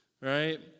right